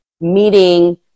meeting